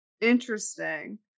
Interesting